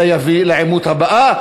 אלא יביא לעימות הבא,